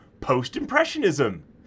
Post-Impressionism